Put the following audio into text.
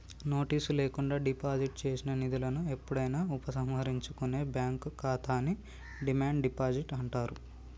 notice లేకుండా deposit చేసిన నిధులను ఎప్పుడైనా ఉపసంహరించుకునే బ్యాంక్ ఖాతాని డిమాండ్ డిపాజిట్ అంటారు